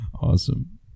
Awesome